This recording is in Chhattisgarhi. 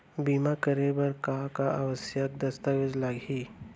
बीमा करे बर का का आवश्यक दस्तावेज लागही